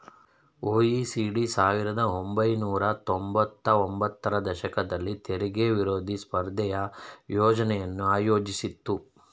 OECD ಸಾವಿರದ ಒಂಬೈನೂರ ತೊಂಬತ್ತ ಒಂಬತ್ತರ ದಶಕದಲ್ಲಿ ತೆರಿಗೆ ವಿರೋಧಿ ಸ್ಪರ್ಧೆಯ ಯೋಜ್ನೆಯನ್ನು ಆಯೋಜಿಸಿತ್ತು